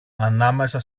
ανάμεσα